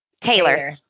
Taylor